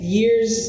years